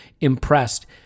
impressed